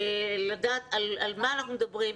לדעת על מה אנחנו מדברים,